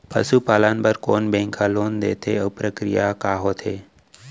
पसु पालन बर कोन बैंक ह लोन देथे अऊ प्रक्रिया का होथे?